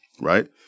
right